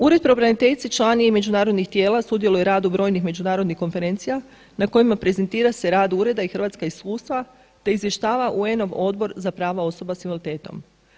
Ured pravobraniteljice član je i međunarodnih tijela, sudjeluje u radu brojnih međunarodnih konferencija na kojima prezentira se rad ureda i hrvatska iskustva te izvještava UN ov Odbor za prava osoba s invaliditetom.